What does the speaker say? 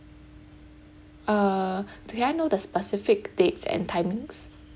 uh may I know the specific dates and timings